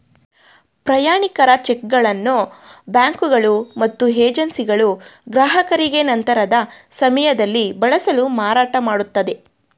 ಪ್ರಯಾಣಿಕರ ಚಿಕ್ಗಳನ್ನು ಬ್ಯಾಂಕುಗಳು ಮತ್ತು ಏಜೆನ್ಸಿಗಳು ಗ್ರಾಹಕರಿಗೆ ನಂತರದ ಸಮಯದಲ್ಲಿ ಬಳಸಲು ಮಾರಾಟಮಾಡುತ್ತದೆ